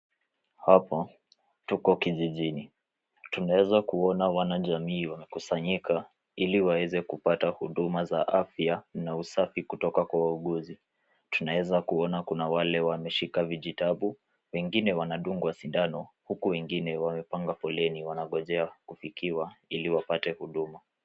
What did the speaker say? Hapa, tuko kijijini. Tunaweza kuona wanajamii wamekusanyika ili waweze kupata huduma za afya na usafi kutoka kwa wauguzi. Tunaweza kuona kuna wale wameshika vijitabu, wengine wanadungwa sindano, huku wengine wamepanga foleni wanangojea kufikiwa ili wapate huduma.